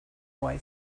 boy